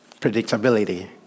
Predictability